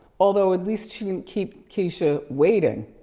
although, at least she didn't keep keyshia waiting.